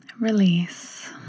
Release